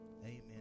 Amen